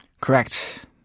Correct